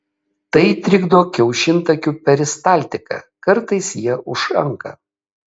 tai trikdo kiaušintakių peristaltiką kartais jie užanka